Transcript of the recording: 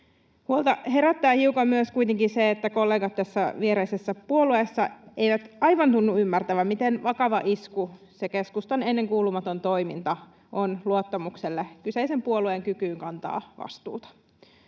Huolta herättää hiukan myös kuitenkin se, että kollegat tässä viereisessä puolueessa eivät aivan tunnu ymmärtävän, miten vakava isku se keskustan ennenkuulumaton toiminta on luottamukselle kyseisen puolueen kykyyn kantaa vastuuta.